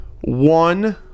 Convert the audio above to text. One